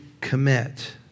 commit